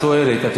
את שואלת,